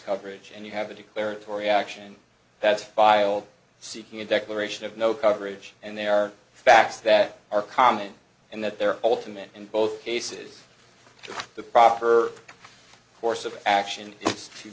coverage and you have a declaratory action that's filed seeking a declaration of no coverage and there are facts that are common and that they're all to me in both cases to the proper course of action to